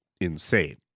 insane